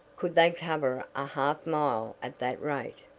could they cover a half mile at that rate?